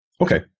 Okay